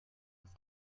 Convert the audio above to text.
its